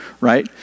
right